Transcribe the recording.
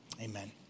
amen